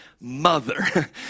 mother